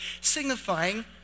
signifying